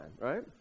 right